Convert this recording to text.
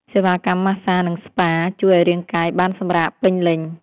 សេវាកម្មម៉ាស្សា និងស្ប៉ា (Spa) ជួយឱ្យរាងកាយបានសម្រាកពេញលេញ។